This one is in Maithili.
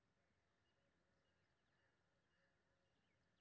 हम सरकारी नौकरी करै छी लोन केना मिलते कीछ बताबु?